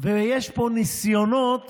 ויש פה ניסיונות